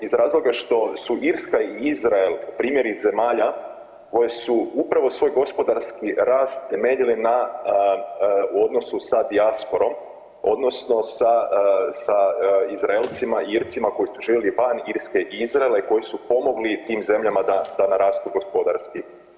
Iz razloga što su Irska i Izrael primjeri zemalja koje su upravo svoj gospodarski rast temeljile na, u odnosu sa dijasporom odnosno sa, sa Izraelcima i Ircima koji su živjeli van Irske i Izraela i koji su pomogli tim zemljama da, da narastu gospodarski.